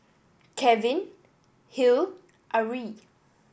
Kevin Hill and Arie